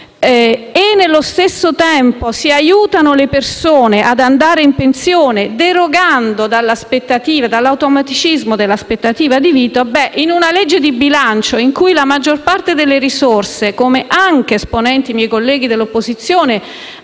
nello stesso tempo, si aiutano le persone ad andare in pensione derogando all'automatismo dell'aspettativa di vita. Si tratta di una legge di bilancio in cui la maggior parte delle risorse, come anche miei colleghi esponenti dell'esposizione